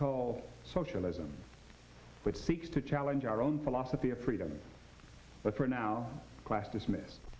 called socialism which seeks to challenge our own philosophy of freedom but for now class dismissed